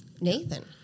Nathan